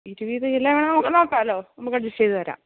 ഇരുപത് കിലോ ആ നോക്കാമല്ലോ നമുക്ക് അഡ്ജസ്റ്റ് ചെയ്തു തരാം